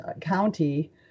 county